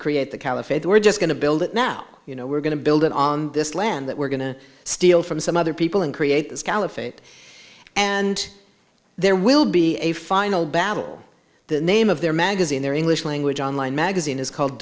caliphate we're just going to build it now you know we're going to build it on this land that we're going to steal from some other people and create this caliphate and there will be a final battle the name of their magazine their english language online magazine is called